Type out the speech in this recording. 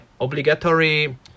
obligatory